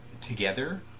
together